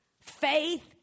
Faith